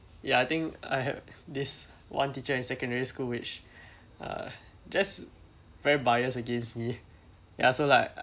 ya I think I have this one teacher in secondary school which uh just very biased against me ya so like uh